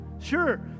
Sure